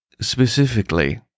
Specifically